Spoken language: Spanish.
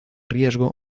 riesgo